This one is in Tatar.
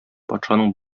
патшаның